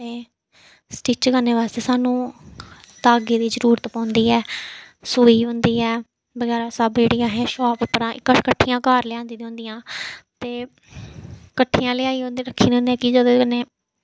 ते स्टिच करने बास्तै सानू धागें दी जरूरत पौंदी ऐ सूई होंदी ऐ बगैरा सब एह् असें शाप उप्परा अस कट्ठियां घर लेआंदी दियां होंदियां ते कट्ठियां लेआइयै होंदी रक्खी दियां होंदियां कि जेह्दे कन्नै